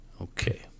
Okay